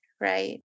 right